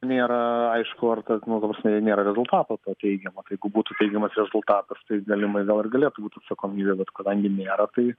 nėra aišku ar tas asmuo ta prasme jei nėra rezultato to teigiamo tai jeigu būtų teigiamas rezultatas tai galimai gal ir galėtų būt atsakomybė bet kadangi nėra tai